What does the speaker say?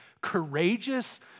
courageous